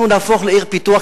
אנחנו נהפוך לעיר פיתוח,